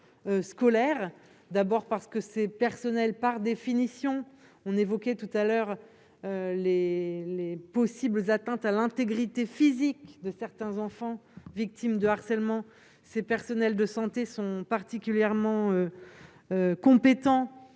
d'abord, parce que ces personnels, par définition, on évoquait tout à l'heure les les possibles atteintes à l'intégrité physique de certains enfants victimes de harcèlement, ces personnels de santé sont particulièrement compétent